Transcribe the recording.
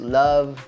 love